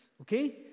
Okay